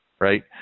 Right